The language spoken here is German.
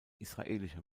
israelische